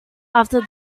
after